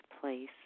place